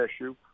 issue